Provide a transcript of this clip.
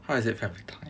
how is it family time